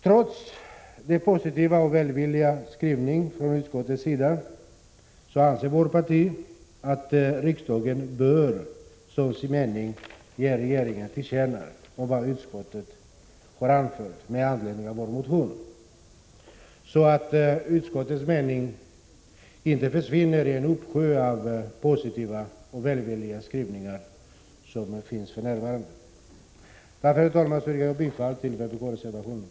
Trots denna positiva och välvilliga skrivning från utskottets sida anser vårt parti att riksdagen bör som sin mening ge regeringen till känna vad utskottet har anfört med anledning av vår motion, så att utskottets mening inte försvinner i en uppsjö av positiva och välvilliga skrivningar. Herr talman! Jag yrkar bifall till vpk-reservationen.